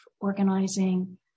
organizing